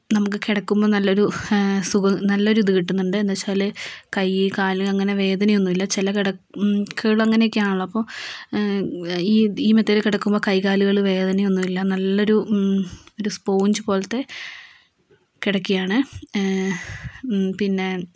നമുക്ക് കിടക്കുമ്പോൾ നല്ലൊരു സുഖ നല്ലൊരിത് കിട്ടുന്നുണ്ട് എന്താച്ചാല് കൈ കാല് അങ്ങനെ വേദനയൊന്നൂല്ല ചില കിടക്കകള് അങ്ങനെയൊക്കെയാണല്ലോ അപ്പോൾ ഈ ഈ മെത്തയില് കിടക്കുമ്പോൾ കൈകാലുകള് വേദനയൊന്നുമില്ല നല്ലൊരു ഒരു സ്പോഞ്ച് പോലത്തെ കിടക്കയാണ് പിന്നെ